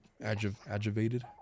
Aggravated